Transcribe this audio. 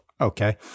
okay